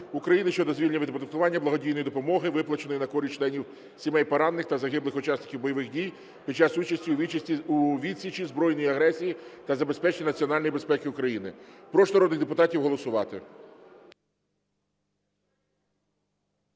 України щодо звільнення від оподаткування благодійної допомоги, виплаченої на користь членів сімей поранених та загиблих учасників бойових дій під час участі у відсічі збройної агресії та забезпечення національної безпеки України. Прошу народних депутатів голосувати.